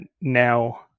now